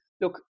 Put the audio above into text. look